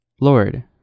Lord